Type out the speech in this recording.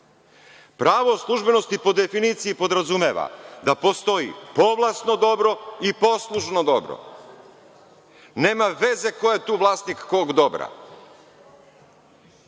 službenosti po definiciji podrazumeva, da postoji povlasno dobro i poslužno dobro, nema veze ko je tu vlasnik kog dobra.